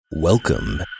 Welcome